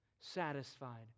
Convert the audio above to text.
satisfied